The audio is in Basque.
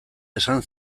esan